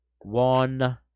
one